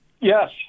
yes